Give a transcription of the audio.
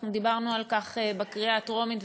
אנחנו דיברנו על כך בקריאה הטרומית,